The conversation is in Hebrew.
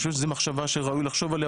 אני חושב שזאת מחשבה שראוי לחשוב עליה